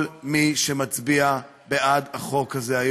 כל מי שמצביע בעד החוק הזה,